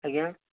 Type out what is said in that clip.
ଆଜ୍ଞା